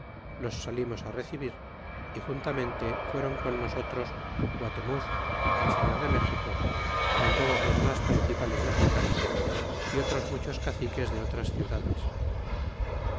los salimos á recebir y juntamente fueron con nosotros guatemuz el señor de méxico con todos los mas principales mexicanos y otros muchos caciques de otras ciudades